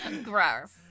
Gross